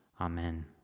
Amen